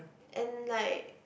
and like